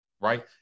right